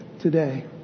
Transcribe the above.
today